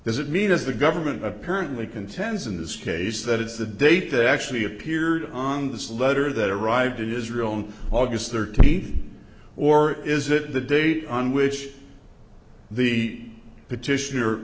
does it mean as the government apparently contends in this case that it's the date that actually appeared on this letter that arrived in israel on august thirteenth or is it the date on which the petition